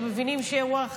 אתם מבינים שהאירוע,